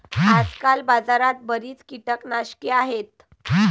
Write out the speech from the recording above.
आजकाल बाजारात बरीच कीटकनाशके आहेत